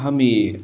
हां मी